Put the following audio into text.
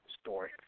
story